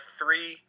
three –